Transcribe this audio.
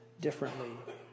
differently